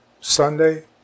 Sunday